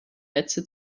netze